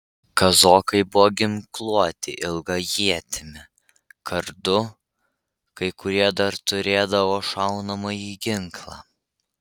kazokai buvo ginkluoti ilga ietimi kardu kai kurie dar turėdavo šaunamąjį ginklą